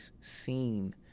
seen